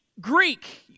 Greek